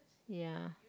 ya